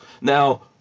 Now